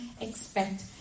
expect